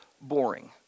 boring